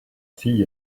tea